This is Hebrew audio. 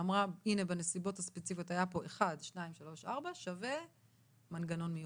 שאמרה שבנסיבות הספציפיות האלה יש מנגנון מיוחד.